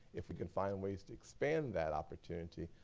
if we can find ways to expand that opportunity,